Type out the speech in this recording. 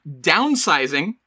Downsizing